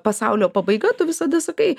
pasaulio pabaiga tu visada sakai